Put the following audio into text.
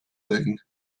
teen